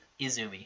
Izumi